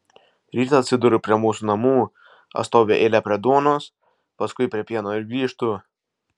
rytą atsiduriu prie mūsų namų atstoviu eilę prie duonos paskui prie pieno ir grįžtu